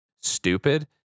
stupid